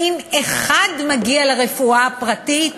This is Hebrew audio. האם אחד מאלה מגיע לרפואה הפרטית?